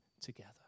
together